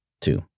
Two